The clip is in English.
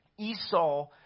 Esau